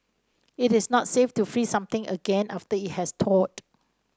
it is not safe to freeze something again after it has thawed